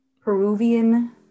Peruvian